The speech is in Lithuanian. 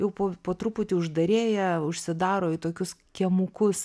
jau po po truputį uždarėja užsidaro į tokius kiemukus